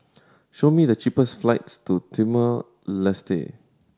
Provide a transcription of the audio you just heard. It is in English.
show me the cheapest flights to Timor Leste